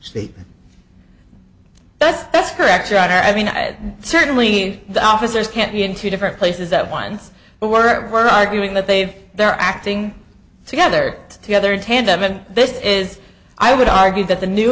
speak that's that's correct i mean certainly the officers can't be in two different places at once but we're we're arguing that they've they're acting together together in tandem and this is i would argue that the new